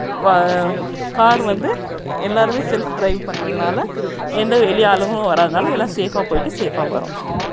வ கார் வந்து எல்லாருமே செல்ஃப் ட்ரைவ் பண்றதுனால எந்த வெளி ஆளும் வராததுனால எல்லாம் சேஃபாக போய்ட்டு சேஃபாக வரோம்